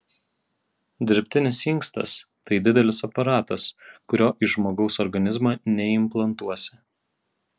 dirbtinis inkstas tai didelis aparatas kurio į žmogaus organizmą neimplantuosi